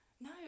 No